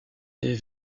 les